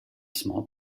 small